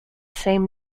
same